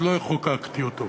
אז לא חוקקתי אותו.